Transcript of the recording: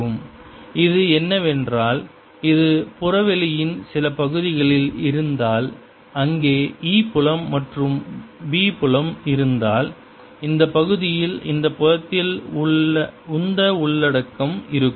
Momentum densityMvL3Sc2 இது என்னவென்றால் இது புறவெளியின் சில பகுதிகளில் இருந்தால் அங்கே E புலம் மற்றும் B புலம் இருந்தால் இந்த பகுதியில் இந்த புலத்தில் உந்த உள்ளடக்கம் இருக்கும்